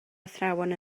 athrawon